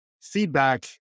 feedback